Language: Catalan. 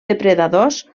depredadors